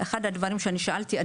אחד הדברים שאני שאלתי,